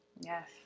Yes